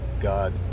god